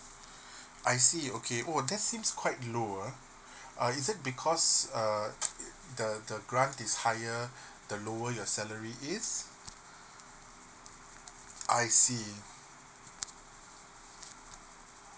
I see okay oh that's seems quite low ah uh is it because uh the the grants is higher the lower your salary is I see